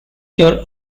your